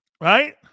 Right